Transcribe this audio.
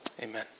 Amen